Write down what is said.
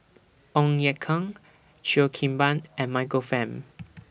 Ong Ye Kung Cheo Kim Ban and Michael Fam